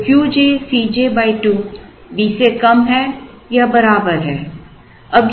तो Q j C J 2 B से कम है या बराबर है